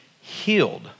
healed